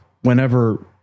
whenever